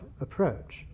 approach